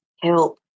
help